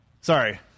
Sorry